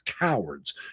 cowards